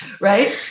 right